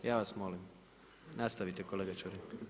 Ja vas molim, nastavite kolega Čuraj.